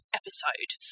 episode